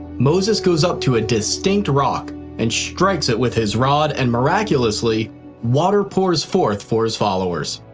moses goes up to a distinct rock and strikes it with his rod and miraculously water pours forth for his followers.